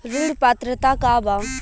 ऋण पात्रता का बा?